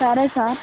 సరే సార్